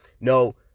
No